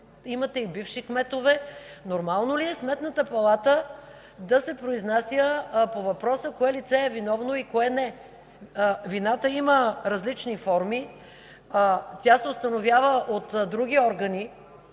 Имате и бивши кметове. Нормално ли е Сметната палата да се произнася по въпроса кое лице е виновно и кое не? Вината има различни форми. Тя се установява от други органи